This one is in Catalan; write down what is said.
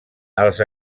els